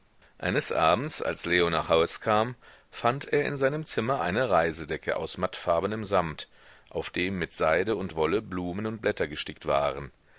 eines abends als leo nach haus kam fand er in seinem zimmer eine reisedecke aus mattfarbenem samt auf dem mir seide und wolle blumen und blätter gestickt waren